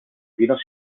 pinos